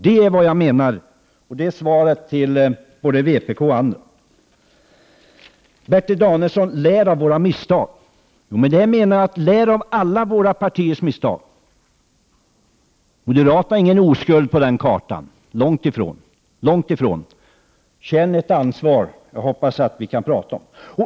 Det är vad jag menar, och det är svaret till både vpk och andra. Till Bertil Danielsson säger jag: Lär av våra misstag! Med det menar jag: Lär av alla partiers misstag! Moderaterna är inga oskulder på den kartan — långt ifrån. Känn ert ansvar! Jag hoppas att vi kan prata om detta.